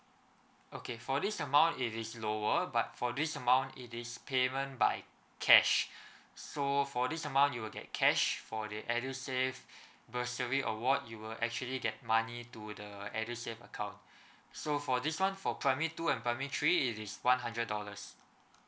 okay for this amount it is lower but for this amount it is payment by cash so for this amount you'll get cash for the edusave bursary award you will actually get money to the edusave account so for this one for primary two and primary three it is one hundred dollars